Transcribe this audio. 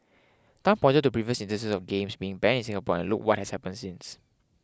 Tan pointed to previous instances of games being banned in Singapore and look what has happened since